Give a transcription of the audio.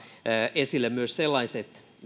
esille myös sellaiset